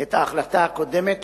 את ההחלטה הקודמת,